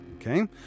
Okay